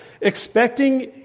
expecting